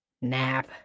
Nap